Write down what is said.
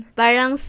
parang